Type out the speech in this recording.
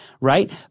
right